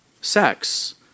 sex